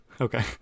okay